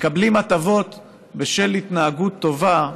מקבלים הטבות בשל התנהגות טובה,